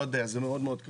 זה קשה מאוד.